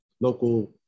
local